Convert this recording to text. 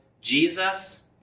Jesus